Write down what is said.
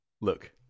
Look